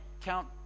count